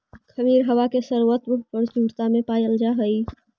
खमीर हवा में सर्वत्र प्रचुरता में पायल जा हई